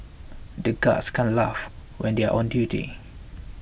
the guards can't laugh when they are on duty